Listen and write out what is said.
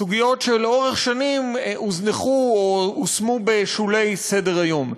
סוגיות שלאורך שנים הוזנחו או הושמו בשולי סדר-היום.